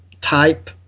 type